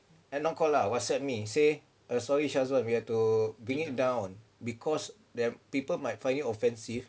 eh not call lah Whatsapp me say eh sorry shazwan we have to bring it down because the people might find it offensive